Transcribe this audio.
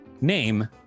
Name